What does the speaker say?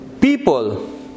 people